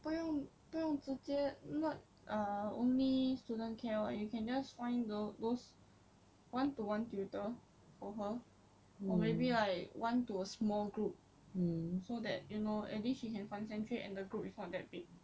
不用不用直接 not ah only student care what you can just find the those one to one tutor for her or maybe like one to a small group so that you know at least she can concentrate the her group is not that big